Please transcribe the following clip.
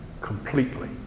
completely